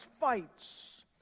fights